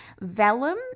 vellum